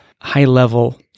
high-level